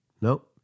No